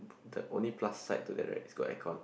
the only plus side to that right is got aircon